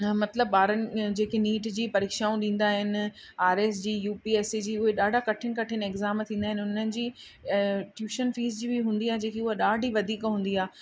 मतिलबु ॿारनि जेके नीट जी परीक्षाऊं ॾींदा आहिनि आर एस जी यू पी एस ई जी उहे ॾाढा कठिन कठिन एक्ज़ाम थींदा आहिनि उन्हनि जी ट्यूशन फीस जी बि हूंदी आहे जेकी उहा ॾाढी वधीक हूंदी आहे